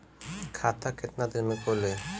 खाता कितना दिन में खुलि?